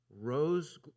rose